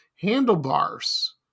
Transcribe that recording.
handlebars